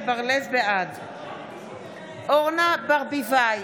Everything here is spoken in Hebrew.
בעד אורנה ברביבאי,